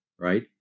right